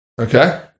Okay